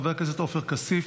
חבר הכנסת עופר כסיף,